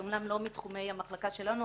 למרות שזה לא מתחומי המחלקה שלנו,